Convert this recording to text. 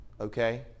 Okay